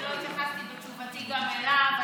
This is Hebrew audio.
שלא התייחסתי בתשובתי גם אליו,